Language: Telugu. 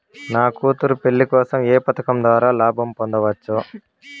నా కూతురు పెళ్లి కోసం ఏ పథకం ద్వారా లాభం పొందవచ్చు?